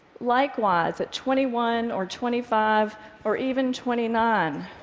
likewise, at twenty one or twenty five or even twenty nine,